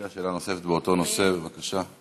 שאלה נוספת באותו נושא, בבקשה.